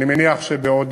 ואני מניח שבעוד